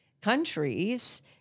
countries